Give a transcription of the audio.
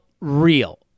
real